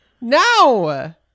now